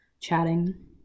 chatting